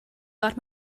got